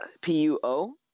P-U-O